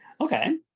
okay